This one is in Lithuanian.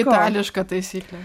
itališka taisyklė